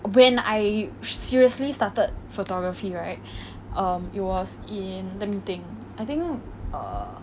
when I seriously started photography right um it was in let me think I think um